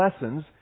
lessons